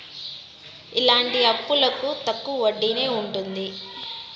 ఇలాంటి అప్పులకు తక్కువ వడ్డీనే ఉంటది